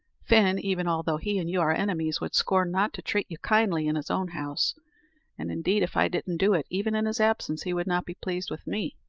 fin, even although he and you are enemies, would scorn not to treat you kindly in his own house and, indeed, if i didn't do it even in his absence, he would not be pleased with me.